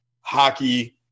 hockey